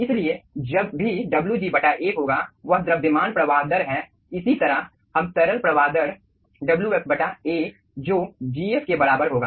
इसलिए जब भी Wg बटा A होगा वह द्रव्यमान प्रवाह दर हैं इसी तरह हम तरल प्रवाह दर Wf बटा A जो Gf के बराबर होगा